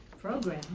program